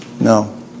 No